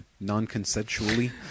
non-consensually